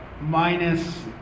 minus